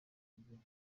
museveni